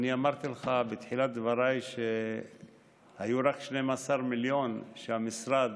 אמרתי לך בתחילת דבריי שהיו רק 12 מיליון שהמשרד